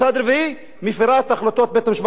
מפירה את החלטות בית-המשפט הגבוה לצדק.